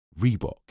Reebok